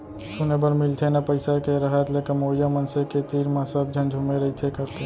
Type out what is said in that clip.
सुने बर मिलथे ना पइसा के रहत ले कमवइया मनसे के तीर म सब झन झुमे रइथें कइके